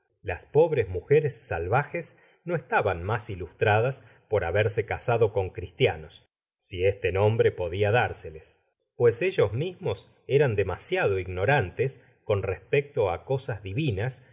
las pobres muje res salvajes no estaban mas ilustradas por haberse casado con cristianos si este nombre podia dárseles pues ellos mismos eran demasiado ignorantes con respecto á las cosas divinas